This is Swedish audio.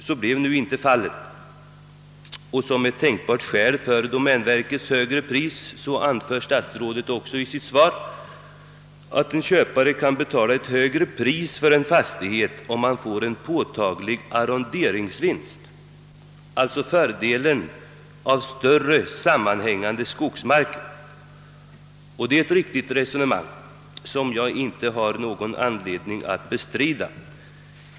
Så blev nu inte fallet. Som ett tänkbart skäl till domänverkets högre pris anför statsrådet i interpellationssvaret att en köpare kan betala ett högre pris för en fastighet, om han får en påtaglig arronderingsvinst — alltså fördelen av större sammanhängande skogsmarker. Det är ett resonemang vars riktighet jag inte har anledning att bestrida.